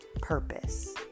purpose